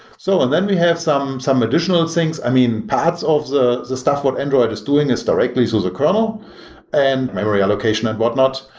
so and then we have some some additional things. i mean, perhaps all of the the stuff what android is doing is directly through so the kernel and memory allocation and whatnot.